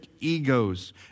egos